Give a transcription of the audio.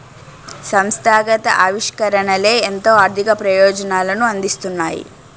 సంస్థాగత ఆవిష్కరణలే ఎంతో ఆర్థిక ప్రయోజనాలను అందిస్తున్నాయి